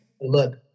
look